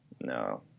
no